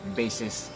basis